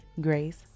grace